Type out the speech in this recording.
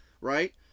Right